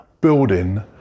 building